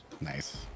Nice